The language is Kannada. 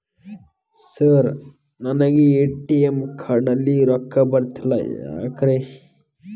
ಸರ್ ನನಗೆ ಎ.ಟಿ.ಎಂ ಕಾರ್ಡ್ ನಲ್ಲಿ ರೊಕ್ಕ ಬರತಿಲ್ಲ ಯಾಕ್ರೇ?